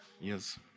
Yes